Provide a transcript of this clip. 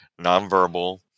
nonverbal